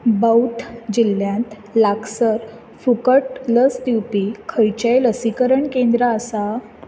बौध जिल्ल्यांत लागसार फुकट लस दिवपी खंयचेंय लसीकरण केंद्र आसा